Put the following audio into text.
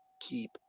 keep